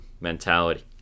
mentality